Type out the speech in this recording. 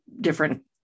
different